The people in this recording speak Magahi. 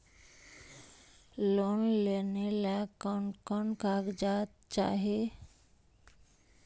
लोन लेने ला कोन कोन कागजात चाही?